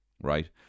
Right